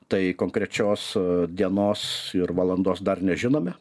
tai konkrečios dienos ir valandos dar nežinome